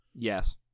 Yes